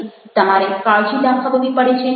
તમારે કાળજી દાખવવી પડે છે